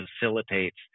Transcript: facilitates